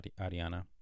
Ariana